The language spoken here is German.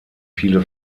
viele